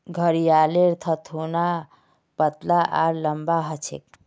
घड़ियालेर थथोना पतला आर लंबा ह छे